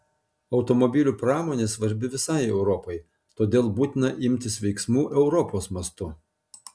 automobilių pramonė svarbi visai europai todėl būtina imtis veiksmų europos mastu